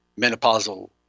menopausal